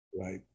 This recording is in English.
Right